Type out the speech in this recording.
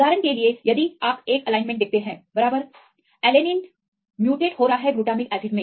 उदाहरण के लिए यदि आप एक एलाइनमेंट देखते हैं बराबर एलैनिन उत्परिवर्तित ग्लूटामिक एसिड है